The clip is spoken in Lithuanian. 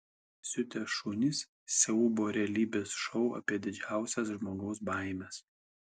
pasiutę šunys siaubo realybės šou apie didžiausias žmogaus baimes